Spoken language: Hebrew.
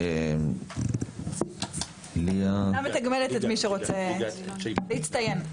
לא מתגמלת את מי שרוצה להצטיין.